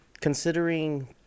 considering